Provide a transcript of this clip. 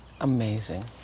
Amazing